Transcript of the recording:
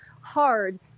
hard